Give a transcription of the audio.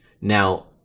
Now